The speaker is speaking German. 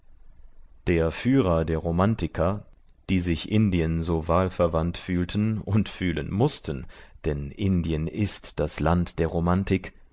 der führer der romantiker die sich indien so wahlverwandt fühlten und fühlen mußten denn indien ist das land der romantik